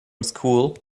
school